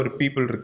people